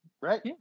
right